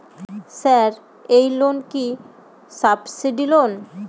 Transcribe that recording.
Sir এই loan কি subsidy loan?